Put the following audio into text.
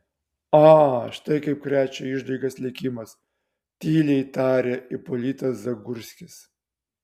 a štai kaip krečia išdaigas likimas tyliai tarė ipolitas zagurskis